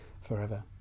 forever